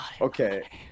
Okay